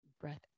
Breath